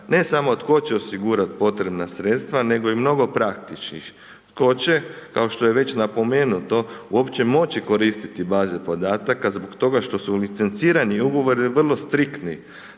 ne samo tko će osigurati potrebna sredstva nego i mnogo praktičnih, tko će kao što je već napomenuto uopće moći koristiti baze podataka zbog toga što su licencirani ugovori vrlo striktni.